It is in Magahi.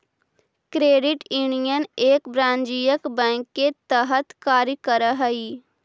क्रेडिट यूनियन एक वाणिज्यिक बैंक के तरह कार्य करऽ हइ